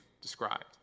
described